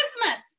Christmas